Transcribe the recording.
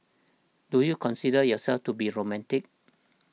do you consider yourself to be romantic